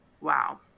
wow